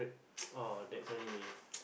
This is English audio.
oh that finally